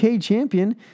champion